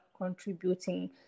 contributing